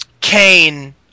Kane